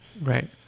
Right